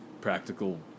practical